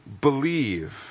believe